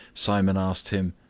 simon asked him,